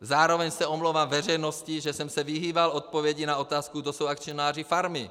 Zároveň se omlouvám veřejnosti, že jsem se vyhýbal odpovědi na otázku, kdo jsou akcionáři farmy.